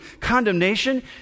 condemnation